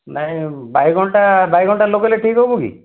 ନାଇଁ ବାଇଗଣଟା ବାଇଗଣଟା ଲଗେଇଲେ ଠିକ୍ ହେବ କି